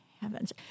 heavens